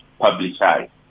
publicized